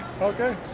Okay